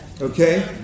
Okay